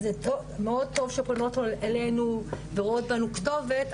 אז מאוד טוב שנשים פונות אלינו ורואות בנו כתובת,